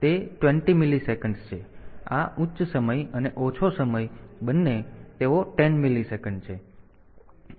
તેથી આ ઉચ્ચ સમય અને ઓછો સમય બંને તેઓ 10 મિલીસેકન્ડ છે